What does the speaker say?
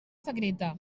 secreta